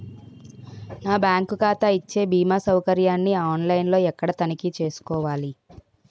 నా బ్యాంకు ఖాతా ఇచ్చే భీమా సౌకర్యాన్ని ఆన్ లైన్ లో ఎక్కడ తనిఖీ చేసుకోవాలి?